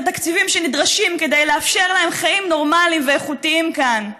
התקציבים שנדרשים כדי לאפשר להם חיים נורמליים ואיכותיים כאן?